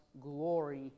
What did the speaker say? glory